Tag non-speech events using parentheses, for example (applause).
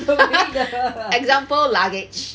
(laughs) example luggage